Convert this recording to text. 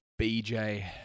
BJ